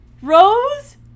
Rose